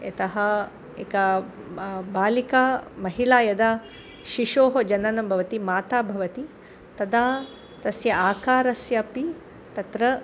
यतः एका बालिका महिला यदा शिशोः जननं भवति माता भवति तदा तस्य आकारस्य अपि तत्र